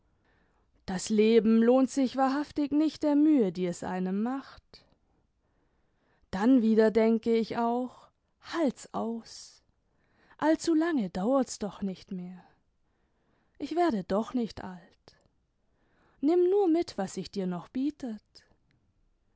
das leben lohnt sich wahrhaftig nicht der mühe die es einem macht dann wieder denke ich auch halt s aus allzu lange dauerts doch nicht mehr ich werde doch nicht alt nimm nur mit was sich dir noch bietet